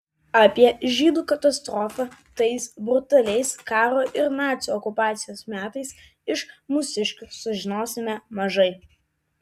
apie žydų katastrofą tais brutaliais karo ir nacių okupacijos metais iš mūsiškių sužinosime mažai